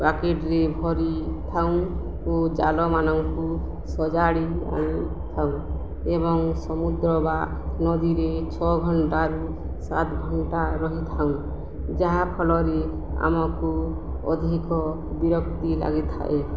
ରାକେଟରେ ଭରିଥାଉଁ ଓ ଜଲମାନଙ୍କୁ ସଜାଡ଼ି ଆଣିଥାଉ ଏବଂ ସମୁଦ୍ର ବା ନଦୀରେ ଛଅ ଘଣ୍ଟାରୁ ସାତ ଘଣ୍ଟା ରହିଥାଉଁ ଯାହାଫଳରେ ଆମକୁ ଅଧିକ ବିରକ୍ତି ଲାଗିଥାଏ